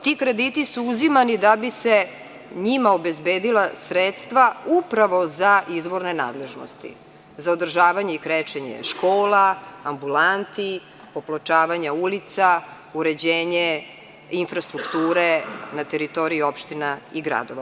Ti krediti su uzimani da bi se njima obezbedila sredstva upravo za izvorne nadležnosti, za održavanje i krečenje škola, ambulanti, popločavanja ulica, uređenje infrastrukture na teritoriji opština i gradova.